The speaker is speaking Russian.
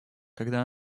когда